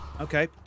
Okay